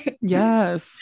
Yes